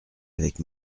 avec